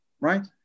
right